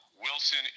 Wilson